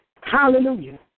Hallelujah